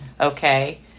okay